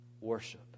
worship